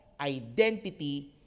identity